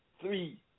three